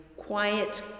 Quiet